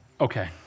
Okay